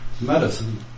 medicine